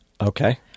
Okay